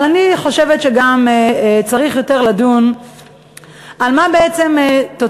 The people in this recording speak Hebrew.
אבל אני חושבת שגם צריך יותר לדון במה תוצאות